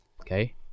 okay